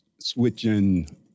switching